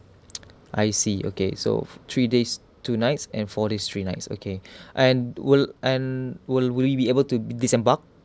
I see okay so three days two nights and four days three nights okay and will and will we be able to disembark